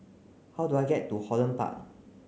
how do I get to Holland Park